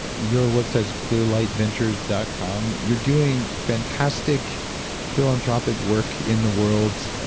your website is clearlightventures dot com. you're doing fantastic philanthropic work in the world,